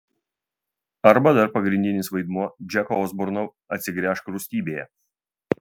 arba dar pagrindinis vaidmuo džeko osborno atsigręžk rūstybėje